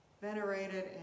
venerated